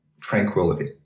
tranquility